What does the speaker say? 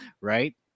right